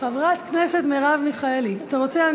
אתה רוצה?